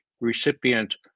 recipient